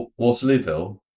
Waterlooville